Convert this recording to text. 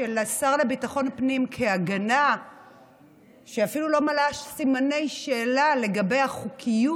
של השר לביטחון פנים בהגנה שאפילו לא מעלה סימני שאלה לגבי החוקיות,